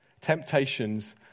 temptations